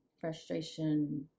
frustration